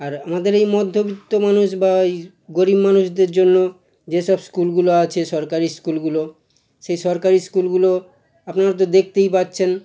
আর আমাদের এই মধ্যবিত্ত মানুষ বা এই গরিব মানুষদের জন্য যেসব স্কুলগুলো আছে সরকারি স্কুলগুলো সেই সরকারি স্কুলগুলো আপনারা তো দেখতেই পাচ্ছেন